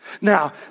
Now